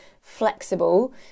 flexible